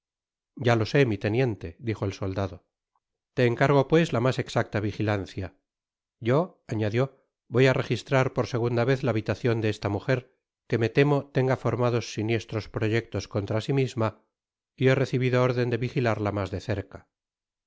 ya lo sé mi teniente dijo el soldado te encargo pues la mas exacta vigilancia yo añadió voy á registrar por segunda vez la habitacion de esta mujer que me temo tenga formados siniestros proyectos contra s misma y he recibido órden de vigilarla mas de cerca